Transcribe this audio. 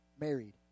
married